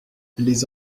les